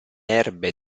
erbe